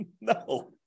No